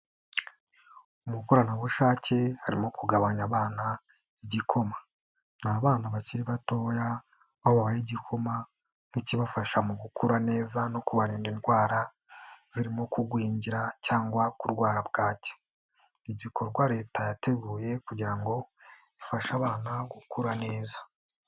Umukorana bushake arimo kugabanya abana igikoma, ni abana bakiri batoya aho babaha igikoma nk'ikibafasha mu gukura neza no kubarinda indwara zirimo kugwingira cyangwa kurwara bwaki, ni igikorwa leta yateguye kugira ngo ifashe abana gukura neza.